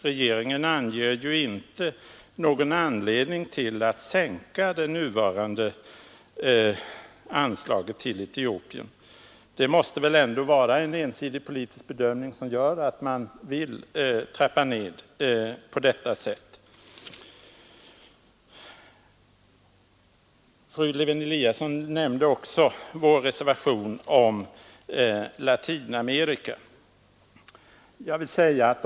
Regeringen anger inte något skäl till att man vill sänka det nuvarande anslaget till Etiopien. Det måste ändå vara en ensidig politisk bedömning, som gör att man på detta sätt vill trappa ned detta anslag. Fru Lewén-Eliasson nämnde också vår reservation om Latinamerika.